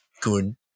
good